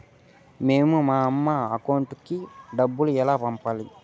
మేము మా అమ్మ అకౌంట్ కి డబ్బులు ఎలా పంపాలి